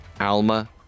Alma